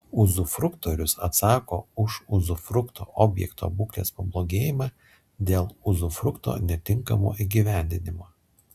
uzufruktorius atsako už uzufrukto objekto būklės pablogėjimą dėl uzufrukto netinkamo įgyvendinimo